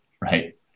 right